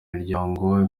imiryango